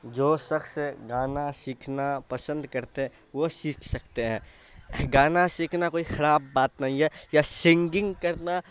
جو شخص گانا سیکھنا پسند کرتے وہ سیکھ سکتے ہیں گانا سیکھنا کوئی خراب بات نہیں ہے یا سنگنگ کرنا